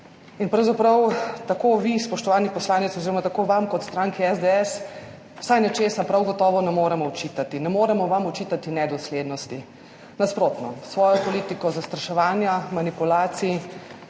In pravzaprav tako vi, spoštovani poslanec, oziroma tako vam kot stranki SDS vsaj nečesa prav gotovo ne moremo očitati, ne moremo vam očitati nedoslednosti. Nasprotno, svojo politiko zastraševanja, manipulacij,